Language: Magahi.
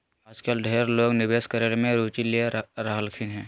आजकल ढेर लोग निवेश करे मे रुचि ले रहलखिन हें